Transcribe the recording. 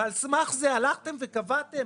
על סמך זה הלכתם וקבעתם